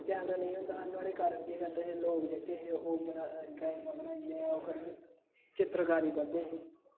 camera नेईं होंदा हा नोहाड़े कारण केह् करदे हे लोक जेह्के हे ओह् बना ड्राइंगां बनाइयै ओह् करियै चित्तरकारी करदे हे